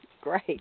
Great